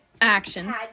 action